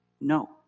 No